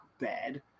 bad